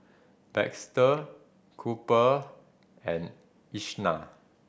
Baxter Cooper and Ishaan